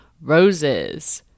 roses